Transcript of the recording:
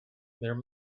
there